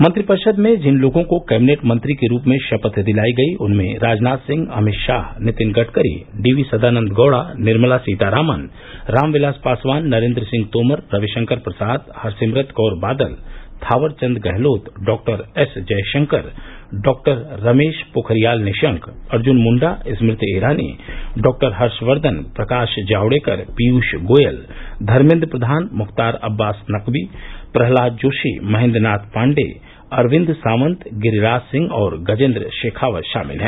मंत्रिपरिषद में जिन लोगों को कैबिनेट मंत्री के रूप में शपथ दिलाई गई उनमें राजनाथ सिंह अमित शाह नितिन गडकरी डीवी सदानन्दा गौड़ा निर्मला सीतारामन रामविलास पासवान नरेन्द्र सिंह तोमर रविशंकर प्रसाद हरसिमरत कौर बादल थावर चन्द गहलोत डॉएसजयशंकर डॉ रमेश पोखरियाल निशंक अर्जुन मुंडा स्मृति ईरानी डॉ हर्षवर्धन प्रकाश जावड़ेकर पीयूष गोयल धर्मेन्द प्रधान मुख्तार अब्बांस नकवी प्रहलाद जोशी महेन्द्र नाथ पांडेय अरविन्द सावंत गिरिराज सिंह और गजेन्द्र शेखावत शामिल हैं